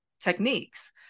techniques